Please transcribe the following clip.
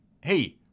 Hey